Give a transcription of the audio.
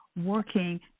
working